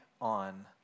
on